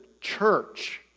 church